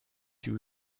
you